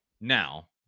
now